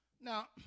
now